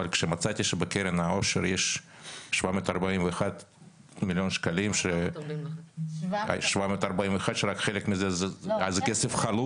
אבל כשמצאתי שבקרן העושר יש 741 מיליון שקלים שרק חלק מזה הוא חלוט,